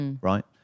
right